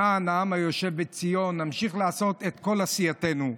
למען העם היושב בציון נמשיך לעשות את כל עשייתנו.